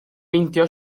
meindio